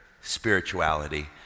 spirituality